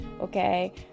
okay